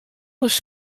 ris